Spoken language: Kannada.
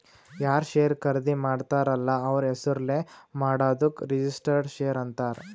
ಯಾರ್ ಶೇರ್ ಖರ್ದಿ ಮಾಡ್ತಾರ ಅಲ್ಲ ಅವ್ರ ಹೆಸುರ್ಲೇ ಮಾಡಾದುಕ್ ರಿಜಿಸ್ಟರ್ಡ್ ಶೇರ್ ಅಂತಾರ್